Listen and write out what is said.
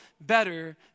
better